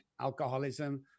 Alcoholism